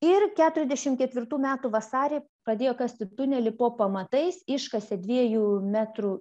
ir keturiasdešim ketvirtų metų vasarį pradėjo kasti tunelį po pamatais iškasė dviejų metrų